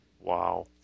Wow